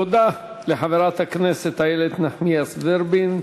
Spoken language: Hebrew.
תודה לחברת הכנסת איילת נחמיאס ורבין.